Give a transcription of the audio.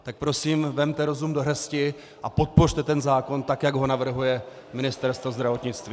Tak prosím vezměte rozum do hrsti a podpořte ten zákon tak, jak ho navrhuje Ministerstvo zdravotnictví.